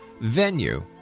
venue